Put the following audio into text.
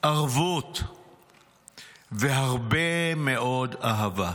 ערבות והרבה מאוד אהבה'.